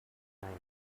night